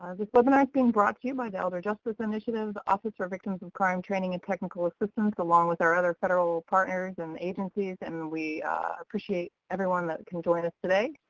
this webinar is being brought to you by the elder justice initiative, office for victims of crime training and technical assistance along with our other federal partners and agencies. and we appreciate everyone that can join us today.